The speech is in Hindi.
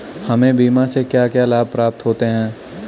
हमें बीमा से क्या क्या लाभ प्राप्त होते हैं?